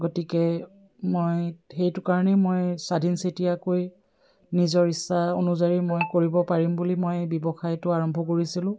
গতিকে মই সেইটো কাৰণেই মই স্বাধীন চিতিয়াকৈ নিজৰ ইচ্ছা অনুযায়ী মই কৰিব পাৰিম বুলি মই ব্যৱসায়টো আৰম্ভ কৰিছিলোঁ